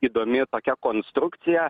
įdomi tokia konstrukcija